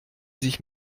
sich